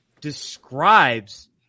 describes